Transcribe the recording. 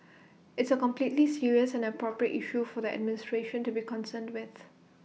it's A completely serious and appropriate issue for the administration to be concerned with